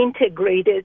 integrated